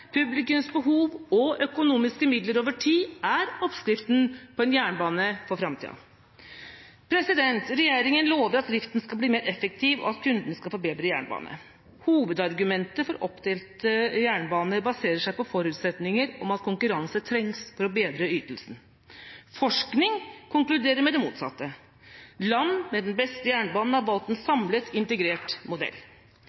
publikums behov og økonomiske midler over tid er oppskriften på en jernbane for framtida. Regjeringa lover at drifta skal bli mer effektiv, og at kundene skal få bedre jernbane. Hovedargumentet for oppdelt jernbane baserer seg på forutsetninger om at konkurranse trengs for å bedre ytelsen. Forskning konkluderer med det motsatte. Land med den beste jernbanen har valgt en samlet, integrert modell.